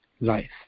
life